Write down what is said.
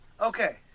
Okay